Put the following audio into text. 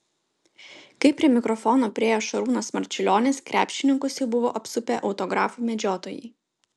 kai prie mikrofono priėjo šarūnas marčiulionis krepšininkus jau buvo apsupę autografų medžiotojai